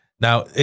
Now